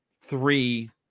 three